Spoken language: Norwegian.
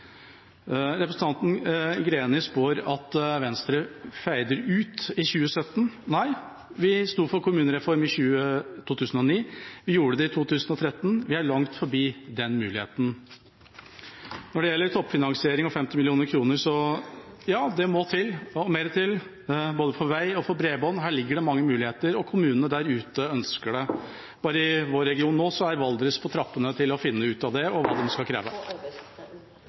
Representanten Greni spår at Venstre fader ut i 2017. Nei, vi sto for kommunereform i 2009, vi gjorde det i 2013 – vi er langt forbi den muligheten. Når det gjelder toppfinansiering og 50 mill. kr – ja, det må til – og mer til – både til vei og til bredbånd. Her ligger det mange muligheter, og kommunene der ute ønsker det. Bare i vår region er Valdres på trappene til å finne ut av det og hva man skal kreve.